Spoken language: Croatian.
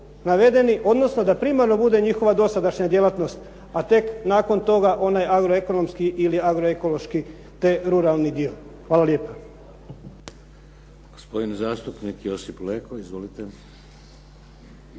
navedeni, odnosno da primarno bude njihova dosadašnja djelatnost, a tek nakon toga onaj agroekonomski ili agroekološki te ruralni dio. Hvala lijepa.